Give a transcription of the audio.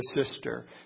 sister